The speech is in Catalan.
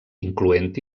incloent